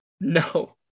No